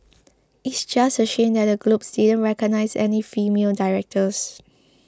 it's just a shame that the Globes didn't recognise any female directors